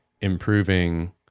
improving